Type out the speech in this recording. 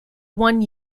one